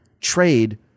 trade